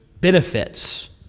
benefits